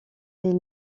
est